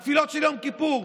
התפילות של יום כיפור,